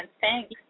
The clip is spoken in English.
Thanks